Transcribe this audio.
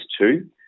two